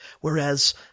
whereas